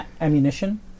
ammunition